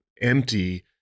empty